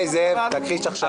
היי, זאב, תכחיש עכשיו.